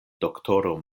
doktoro